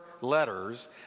letters